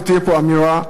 ותהיה פה אמירה חיובית.